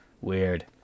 Weird